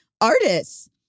artists